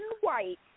White